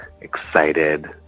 excited